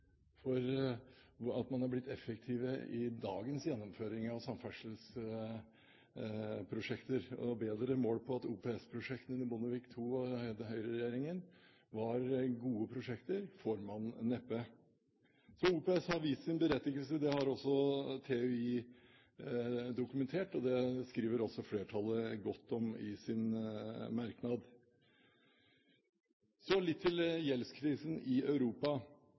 mal for at man har blitt effektiv i dagens gjennomføring av samferdselsprosjekter, og bedre mål på at OPS-prosjektene til Bondevik II- og Høyre-regjeringen var gode prosjekter, får man neppe. Så OPS har vist sin berettigelse, det har også TØI dokumentert. Det skriver også flertallet godt om i sin merknad. Så litt til gjeldskrisen i Europa,